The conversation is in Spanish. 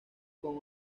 con